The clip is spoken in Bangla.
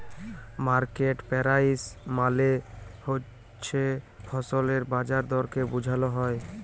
মার্কেট পেরাইস মালে হছে ফসলের বাজার দরকে বুঝাল হ্যয়